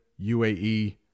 UAE